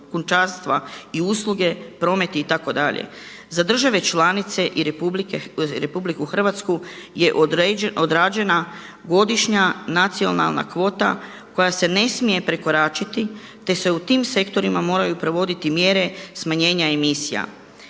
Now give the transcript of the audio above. kućanstva i usluge, promet itd. za države članice i RH je odrađena godišnja nacionalna kvota koja se ne smije prekoračiti te se u tim sektorima moraju provoditi mjere smanjenja emisija.